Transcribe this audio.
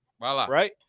Right